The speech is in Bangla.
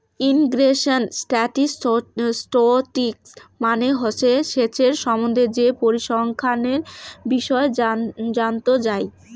ইরিগেশন স্ট্যাটিসটিক্স মানে হসে সেচের সম্বন্ধে যে পরিসংখ্যানের বিষয় জানত যাই